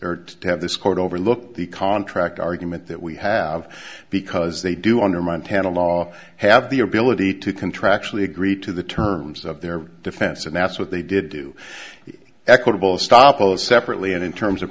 to have this court over look the contract argument that we have because they do under montana law have the ability to contractually agree to the terms of their defense and that's what they did do equitable stoppel of separately and in terms of